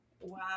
Wow